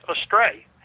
astray